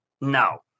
No